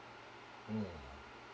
no no